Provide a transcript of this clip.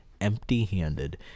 empty-handed